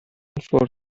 for